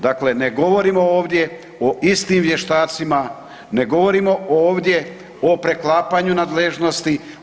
Dakle, ne govorimo ovdje o istim vještacima, ne govorimo ovdje o preklapanju nadležnosti.